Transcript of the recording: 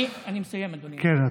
אני מסיים, אדוני.